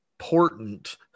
important